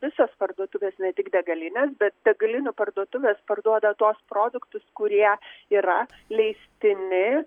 visos parduotuvės ne tik degalinės bet degalinių parduotuvės parduoda tuos produktus kurie yra leistini